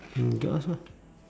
mm go ask her ah